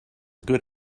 good